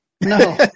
No